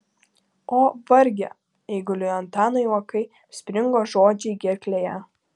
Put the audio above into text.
o varge eiguliui antanui uokai springo žodžiai gerklėje